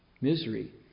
misery